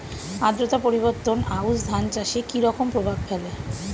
আদ্রতা পরিবর্তন আউশ ধান চাষে কি রকম প্রভাব ফেলে?